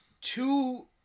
two